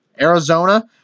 Arizona